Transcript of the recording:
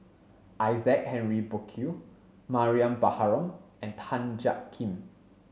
Isaac Henry Burkill Mariam Baharom and Tan Jiak Kim